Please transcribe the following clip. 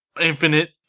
infinite